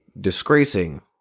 disgracing